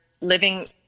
living